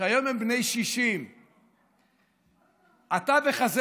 שהיום הם בני 60. התווך הזה,